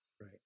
right